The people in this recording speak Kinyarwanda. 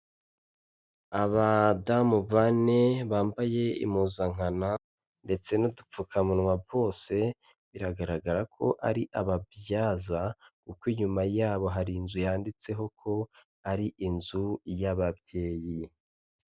Abadamu bane bambaye impuzankano ndetse n'udupfukamunwa bose biragaragara ko ari ababyaza kuko inyuma yabo hari inzu yanditseho ko ari inzu y'ababyeyi.